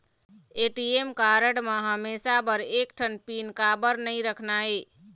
ATM card म हमेशा बर एक ठन पिन काबर नई रखना हे?